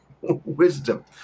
wisdom